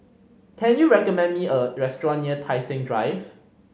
can you recommend me a restaurant near Tai Seng Drive